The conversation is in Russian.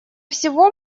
всего